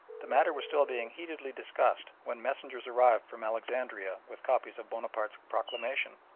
the matter was still being heatedly discussed when messengers arrived from alexandria with copies of bonaparte's proclamation.